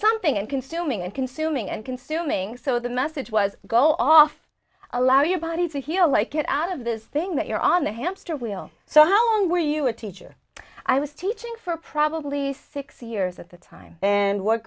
something and consuming and consuming and consuming so the message was go off allow your body to heal like get out of this thing that you're on the hamster wheel so how long were you a teacher i was teaching for probably six years at the time and what